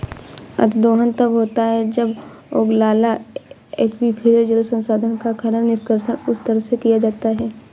अतिदोहन तब होता है जब ओगलाला एक्वीफर, जल संसाधन का खनन, निष्कर्षण उस दर से किया जाता है